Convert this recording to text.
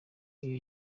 iyo